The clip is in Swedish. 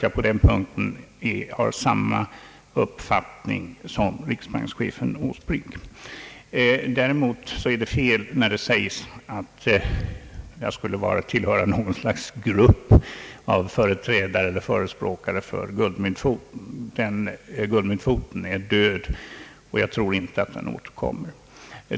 På den punkten har jag nog samma uppfattning som riksbankschefen Åsbrink. Men det är fel när det sägs att jag skulle tillhöra något slags grupp av förespråkare för guldmyntfoten. Guldmyntfoten är död, och jag tror inte att den återkommer.